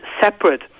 separate